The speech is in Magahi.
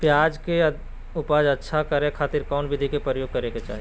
प्याज के उपज अच्छा करे खातिर कौन विधि के प्रयोग करे के चाही?